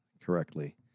correctly